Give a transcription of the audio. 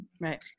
Right